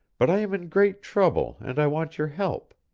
but i am in great trouble, and i want your help.